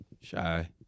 shy